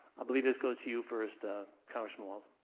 i believe this goes to you first ah congressman walz.